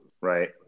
right